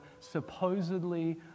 supposedly